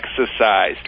exercise